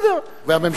והממשלה בתמיכתו,